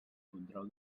control